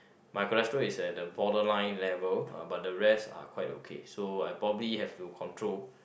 my cholesterol is at the borderline level but the rest are quite okay so I probably have to control